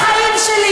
אף אחד לא התייחס לכך.